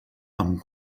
amb